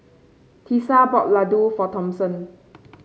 Tisa bought Ladoo for Thompson